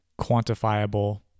quantifiable